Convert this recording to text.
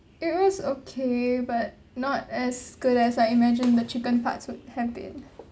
it was okay but not as good as I imagined the chicken parts would have been